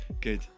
Good